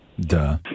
Duh